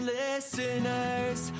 listeners